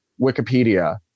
Wikipedia